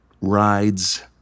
rides